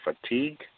fatigue